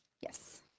Yes